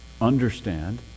understand